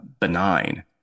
benign